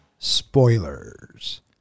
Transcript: spoilers